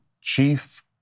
chief